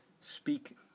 speak